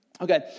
Okay